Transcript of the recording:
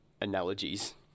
analogies